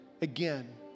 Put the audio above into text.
again